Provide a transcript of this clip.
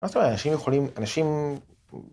‫אנשים יכולים... אנשים...